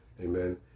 Amen